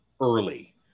early